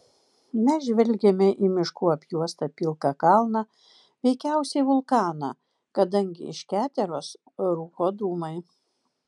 mes žvelgėme į miškų apjuostą pilką kalną veikiausiai vulkaną kadangi iš keteros rūko dūmai